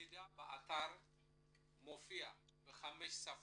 המידע באתר מופיע בחמש שפות: